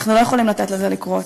אנחנו לא יכולים לתת לזה לקרות.